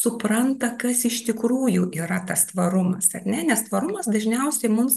supranta kas iš tikrųjų yra tas tvarumas ar ne nes tvarumas dažniausiai mums